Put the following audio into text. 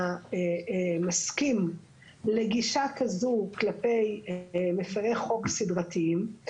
מסכים לגישה כזו כלפי מפרי חוק סדרתיים,